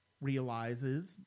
realizes